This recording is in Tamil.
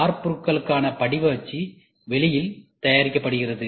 வார்ப்புருவுக்கான படிவ அச்சு வெளியில் தயாரிக்கப்படுகிறது